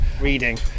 reading